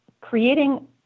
creating